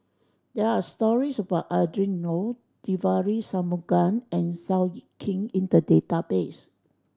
there are stories about Adrin Loi Devagi Sanmugam and Seow Yit Kin in the database